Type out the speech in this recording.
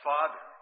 Father